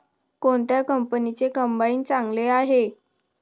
कोणत्या कंपनीचे कंबाईन चांगले आहे?